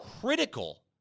critical